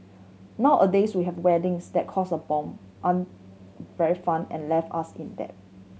nowadays we have weddings that cost a bomb aren't very fun and leave us in debt